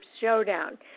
Showdown